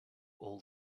all